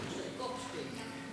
גופשטיין.